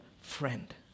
friend